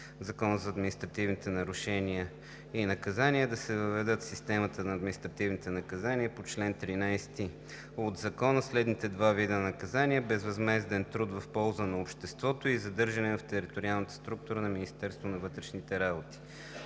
Закона за административните нарушения и наказания, е да се въведат в системата на административните наказания по чл. 13 от Закона следните два вида наказания: безвъзмезден труд в полза на обществото и задържане в териториална структура на Министерството на вътрешните работи.